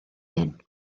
hyn